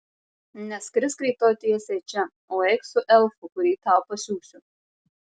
neskrisk rytoj tiesiai čia o eik su elfu kurį tau pasiųsiu